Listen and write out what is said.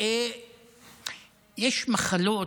יש מחלות